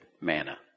manna